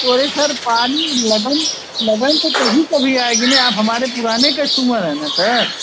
तो ये सर पानी लगन लगन तो कभी कभी आएगी न आप हमारे पुराने कश्टमर हैं ना सर